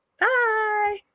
bye